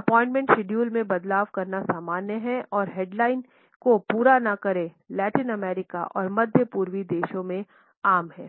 appointment schedule में बदलाव करना सामान्य है और डेडलाइन को पूरा न करें लैटिन अमेरिकी और मध्य पूर्वी देशों में आम है